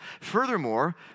Furthermore